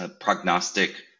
prognostic